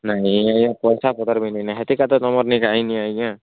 ନାଇଁ ଆଜ୍ଞା ଏ ପଇସାପତର ବି ନାଇନ ହେତିକା ତ ତୁମର ନିକେ ଆଇନି ଆଜ୍ଞା